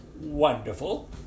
wonderful